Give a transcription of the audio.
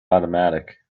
automatic